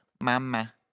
Mama